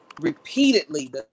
Repeatedly